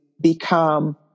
become